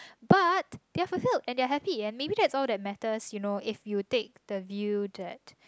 but they are fulfilled and they're happy and maybe that all the matters you know if you take the view that